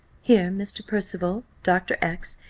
here mr. percival, dr. x,